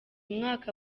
mwaka